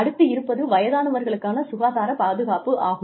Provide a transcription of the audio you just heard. அடுத்து இருப்பது வயதானவர்களுக்கான சுகாதாரப் பாதுகாப்பு ஆகும்